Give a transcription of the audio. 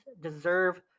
deserve